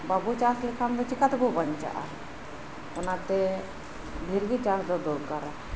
ᱵᱟᱵᱩ ᱪᱟᱥ ᱞᱮᱠᱷᱟᱱ ᱫᱚ ᱪᱮᱠᱟᱛᱮᱵᱩᱱ ᱵᱟᱧᱪᱟᱜᱼᱟ ᱚᱱᱟᱛᱮ ᱰᱷᱤᱨᱜᱤ ᱪᱟᱥᱫᱚ ᱫᱚᱨᱠᱟᱨᱟ